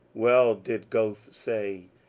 well did goethe say,